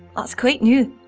that's quite new,